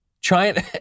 China